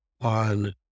on